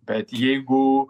bet jeigu